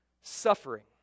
Suffering